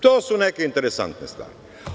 To su neke interesantne stvari.